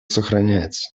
сохраняется